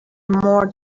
more